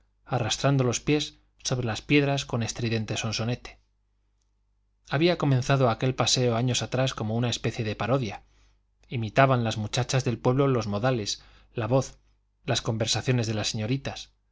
arrastrando los pies sobre las piedras con estridente sonsonete había comenzado aquel paseo años atrás como una especie de parodia imitaban las muchachas del pueblo los modales la voz las conversaciones de las señoritas